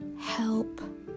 help